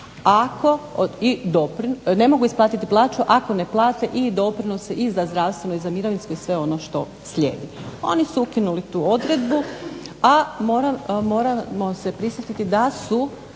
ako ne plate i doprinose i za zdravstveno i za mirovinsko i sve ono što slijedi. Oni su ukinuli tu odredbu, a moramo se prisjetiti da su